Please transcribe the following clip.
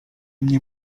mnie